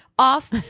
off